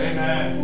Amen